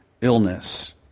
illness